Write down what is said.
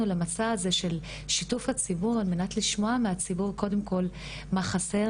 למסע הזה של שיוף הציבור על מנת לשמוע מהציבור קודם כל מה חסר,